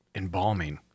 embalming